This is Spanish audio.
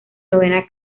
novena